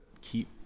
keep